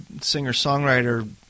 singer-songwriter